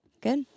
good